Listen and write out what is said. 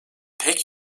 pek